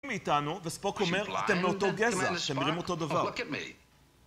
...מאיתנו, וספוק אומר, אתם מאותו גזע, שמילאים אותו דבר.